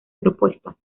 propuestas